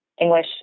English